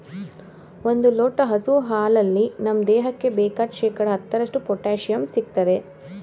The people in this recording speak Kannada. ಒಂದ್ ಲೋಟ ಹಸು ಹಾಲಲ್ಲಿ ನಮ್ ದೇಹಕ್ಕೆ ಬೇಕಾದ್ ಶೇಕಡಾ ಹತ್ತರಷ್ಟು ಪೊಟ್ಯಾಶಿಯಂ ಸಿಗ್ತದೆ